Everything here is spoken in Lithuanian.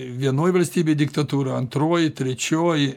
vienoj valstybėj diktatūra antroj trečioj